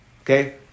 Okay